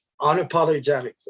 unapologetically